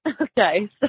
Okay